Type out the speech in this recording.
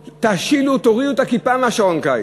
תשילו, תורידו את הכיפה משעון הקיץ.